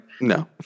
No